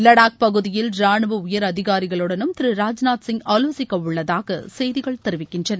லடாக் பகுதியில் ராணுவ உயர் அதிகாரிகளுடனும் திரு ராஜ்நாத் சிங் ஆலோசிக்க உள்ளதாக செய்திகள் தெரிவிக்கின்றன